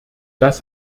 das